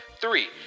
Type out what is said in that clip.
Three